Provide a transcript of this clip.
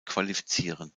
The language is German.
qualifizieren